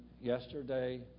yesterday